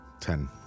Ten